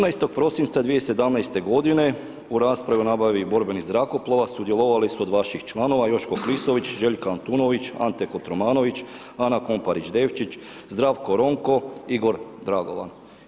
14. prosinca 2017. godine u raspravi u nabavi borbenih zrakoplova sudjelovali su od vaših članova Joško Klisović, Željka Antunović, Ante Kotormanović, Ana Komparić Devčić, Zdravko Ronko i Goran Dragovan.